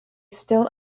still